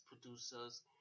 producers